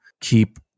keep